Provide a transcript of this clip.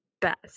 best